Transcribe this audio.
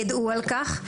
ידעו על כך.